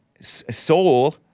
soul